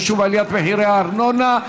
חישוב עליית מחירי הארנונה),